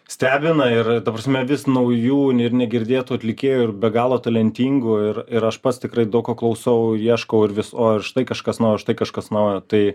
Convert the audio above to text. stebina ir ta prasme vis naujų ir negirdėtų atlikėjų ir be galo talentingų ir ir aš pats tikrai daug ko klausau ir ieškau ir vis o štai kažkas naujo štai kažkas naujo tai